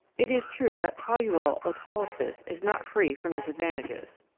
it is true that toluol autolysis is not free from disadvantages.